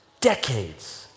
decades